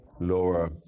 lower